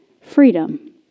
freedom